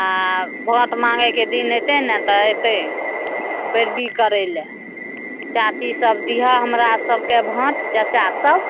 आ भोट माँगै के दिन एतै ने तऽ एतै पैरबी करैला चाची सब दिहऽ हमरा सबके भोट चाचा सब